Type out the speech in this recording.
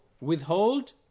withhold